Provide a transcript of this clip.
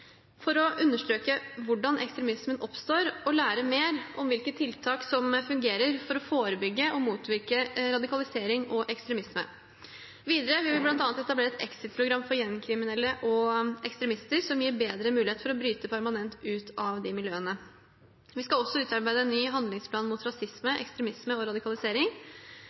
for å undersøke hvordan ekstremismen oppstår, og lære mer om hvilke tiltak som fungerer for å forebygge og motvirke radikalisering og ekstremisme. Videre vil vi bl.a. etablere et exitprogram for gjengkriminelle og ekstremister som gir bedre mulighet for å bryte permanent ut av slike miljøer. Vi skal også utarbeide en ny handlingsplan mot rasisme, ekstremisme og radikalisering.